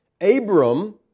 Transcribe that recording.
Abram